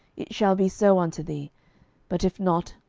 it shall be so unto thee but if not,